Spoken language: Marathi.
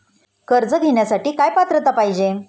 कर्ज घेण्यासाठी काय पात्रता पाहिजे?